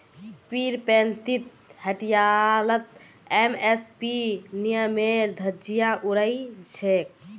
पीरपैंती हटियात एम.एस.पी नियमेर धज्जियां उड़ाई छेक